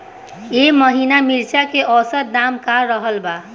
एह महीना मिर्चा के औसत दाम का रहल बा?